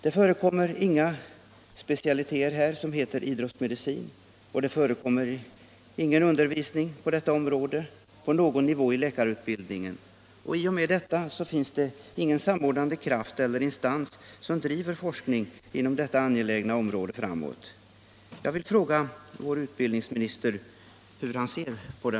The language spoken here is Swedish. Vi har ingen specialitet som heter idrottsmedicin, och det förekommer ingen undervisning på detta område på någon nivå i läkarutbildningen. Till följd härav finns det heller ingen samordnande instans som bedriver forskning på detta angelägna område.